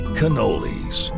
cannolis